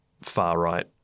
far-right